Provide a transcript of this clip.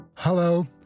Hello